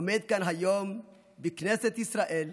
עומד כאן היום בכנסת ישראל,